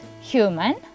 human